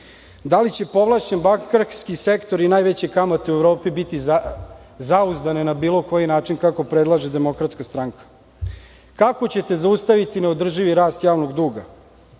li će povlašćeni bankarski sektor i najveće kamate u Evropi biti zauzdane na bilo koji način, kako predlaže DS? Kako ćete zaustaviti neodrživi rast javnog duga?